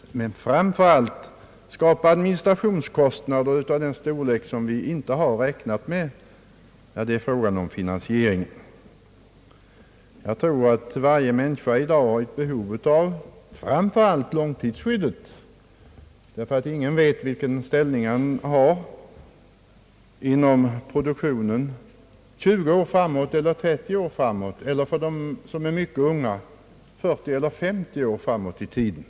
Men framför allt uppstår då administrationskostnader av en storlek som vi inte räknat med vid finansieringen. Varje människa har i dag ett behov av framför allt långtidsskyddet. Ingen vet nämligen vilken ställning han har inom produktionen 20 år framåt, 30 år framåt eller — för dem som är mycket unga — 40 å 50 år framåt i tiden.